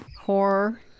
Horror